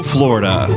Florida